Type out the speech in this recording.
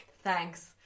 Thanks